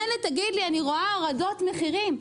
מילא תגיד לי אני רואה הורדות מחירים,